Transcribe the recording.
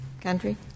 country